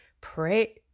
Pray